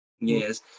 yes